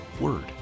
Word